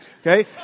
okay